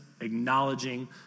acknowledging